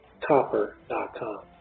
copper.com